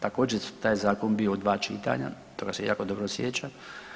Također je taj zakon bio u dva čitanja, toga se jako dobro sjećam.